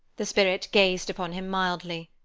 the spirit gazed upon him mildly.